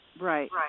Right